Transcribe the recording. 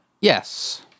Yes